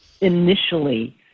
initially